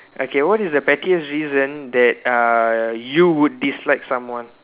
okay what is the pettiest reason that uh you would dislike someone